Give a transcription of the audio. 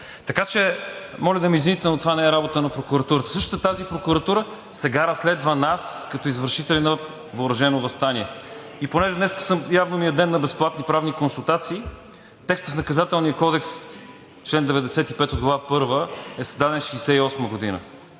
Така че моля да ме извините, но това не е работа на прокуратурата. Същата тази прокуратура сега разследва нас като извършители на въоръжено въстание. И понеже днес явно ми е ден на безплатни правни консултации, текстът в Наказателния кодекс – чл. 95 от Глава първа, е създаден през 1968 г.